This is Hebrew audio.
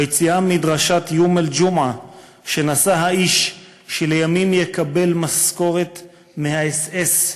ביציאה מדרשת יום אל-ג'ומעה שנשא האיש שלימים יקבל משכורת מהאס.אס,